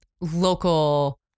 local